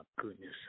goodness